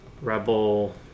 Rebel